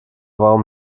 warum